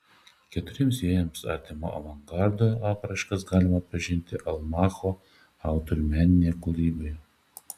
keturiems vėjams artimo avangardo apraiškas galima atpažinti almanacho autorių meninėje kūryboje